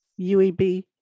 UEB